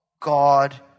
God